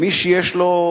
מי שיש לו,